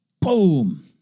Boom